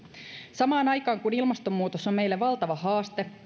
samaan aikaan kun ilmastonmuutos on meille valtava haaste